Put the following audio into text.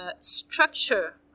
structure